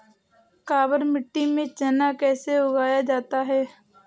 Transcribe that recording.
काबर मिट्टी में चना कैसे उगाया जाता है?